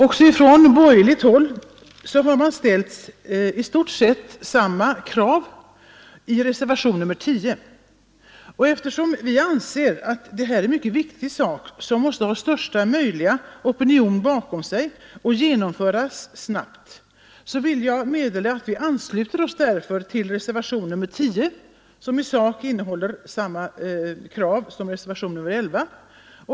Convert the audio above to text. Också från borgerligt håll har man ställt i stort sett samma krav i reservationen 10, och eftersom vi anser att det här är en mycket viktig sak, som måste ha största möjliga opinion bakom sig och genomföras snabbt, vill jag meddela att vi därför från vpk ansluter oss till reservationen 10 som i sak innehåller samma krav som reservationen 11.